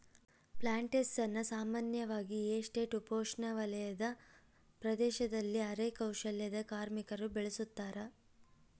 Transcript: plantations ಸಾಮಾನ್ಯವಾಗಿ estate ಉಪೋಷ್ಣವಲಯದ ಪ್ರದೇಶದಲ್ಲಿ ಅರೆ ಕೌಶಲ್ಯದ ಕಾರ್ಮಿಕರು ಬೆಳುಸತಾರ